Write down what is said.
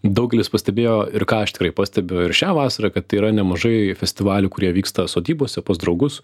daugelis pastebėjo ir ką aš tikrai pastebiu ir šią vasarą kad tai yra nemažai festivalių kurie vyksta sodybose pas draugus